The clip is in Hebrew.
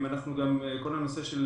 כל הנושא של